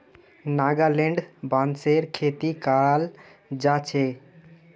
नागालैंडत बांसेर खेती कराल जा छे